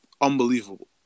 unbelievable